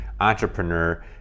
entrepreneur